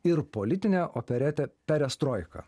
ir politinę operetę perestroiką